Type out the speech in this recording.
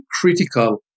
critical